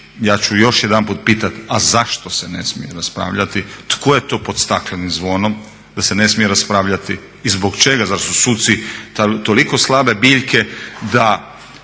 ja ću još jedanput pitati a zašto se ne smije raspravljati? Tko je to pod staklenim zvonom da se ne smije raspravljati i zbog čega? Zar su suci toliko slabe biljke da